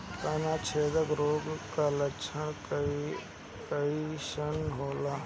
तना छेदक रोग का लक्षण कइसन होला?